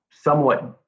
somewhat